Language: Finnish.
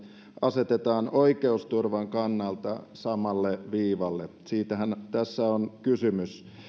asetetaan oikeusturvan kannalta samalle viivalle siitähän tässä on kysymys